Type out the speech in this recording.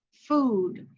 food,